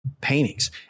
paintings